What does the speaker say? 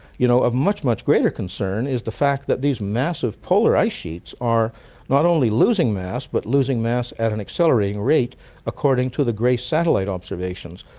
you know of much, much greater concern is the fact that these massive polar ice sheets are not only losing mass but losing mass at an accelerating rate according to the grace satellite observations.